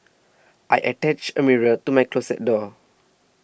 I attached a mirror to my closet door